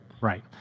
Right